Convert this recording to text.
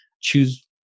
Choose